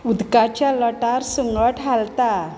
उदकाच्या लटार सुंगट हालता